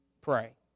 pray